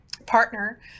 partner